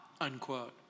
unquote